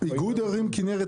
איגוד ערים כנרת,